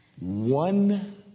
one